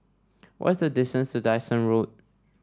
what is the distance to Dyson Road